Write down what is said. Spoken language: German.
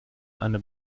eine